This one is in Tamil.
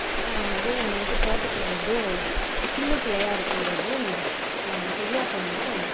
நான் வந்து எங்கள் வீட்டு தோட்டத்தில் வந்து சின்ன பிள்ளையாக இருக்கும் போது கொய்யா கன்றும்